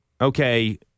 okay